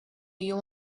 you